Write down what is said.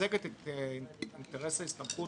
מגינה על אינטרס ההסתמכות